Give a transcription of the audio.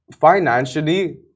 financially